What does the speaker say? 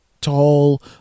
Tall